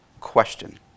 question